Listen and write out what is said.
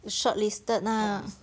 shortlisted ah